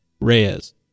Reyes